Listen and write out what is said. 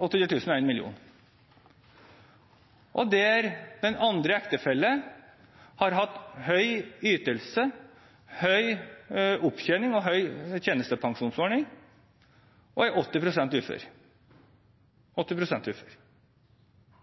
1 mill. kr og den andre ektefellen har hatt høy ytelse, høy opptjening og høy tjenestepensjonsordning og er 80 pst. ufør.